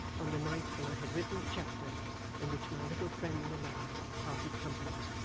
on the night when i had written the chapter in which my little friend and i parted company.